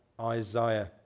Isaiah